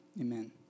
amen